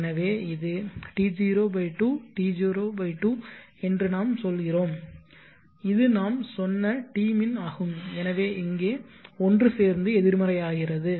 எனவே இது T0 2 T0 2 என்று நாம் சொல்கிறோம் இது நாம் சொன்ன tmin ஆகும் எனவே இங்கே ஒன்று சேர்ந்து எதிர்மறையானது